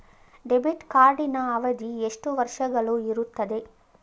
Debit ಕಾರ್ಡಿನ ಅವಧಿ ಎಷ್ಟು ವರ್ಷಗಳು ಇರುತ್ತದೆ?